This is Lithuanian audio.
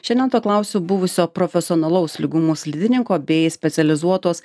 šiandien to klausiu buvusio profesionalaus lygumų slidininko bei specializuotos